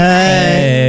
Hey